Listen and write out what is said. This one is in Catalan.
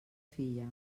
filla